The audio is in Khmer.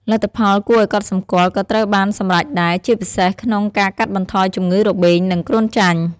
លទ្ធផលគួរឱ្យកត់សម្គាល់ក៏ត្រូវបានសម្រេចដែរ ជាពិសេសក្នុងការកាត់បន្ថយជំងឺរបេង និងគ្រុនចាញ់។